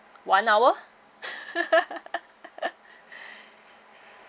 one hour